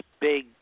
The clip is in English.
big